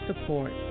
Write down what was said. support